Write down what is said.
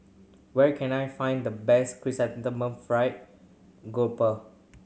where can I find the best Chrysanthemum Fried Grouper